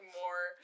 more